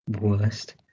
worst